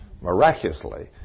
miraculously